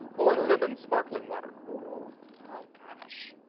or lemon springwater. who oh gosh.